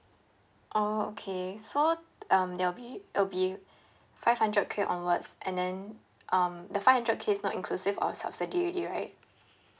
oh okay so um that will be will be five hundred k onwards and then um the five hundred k is not inclusive of subsidy already right